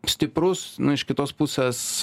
stiprus nu iš kitos pusės